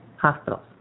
Hospitals